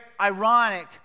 ironic